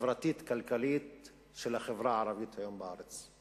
החברתית-כלכלית של החברה הערבית היום בארץ.